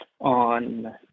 on